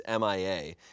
MIA